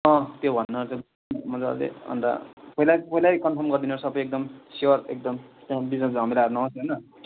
अँ त्यो मजाले अन्त पहिल्यै पहिल्यै कन्फर्म गरिदिनु सबै एकदम स्योर एकदम त्यहाँ बिचमा झमेलाहरू नहोस् होइन